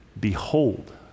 behold